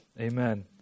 amen